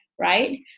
right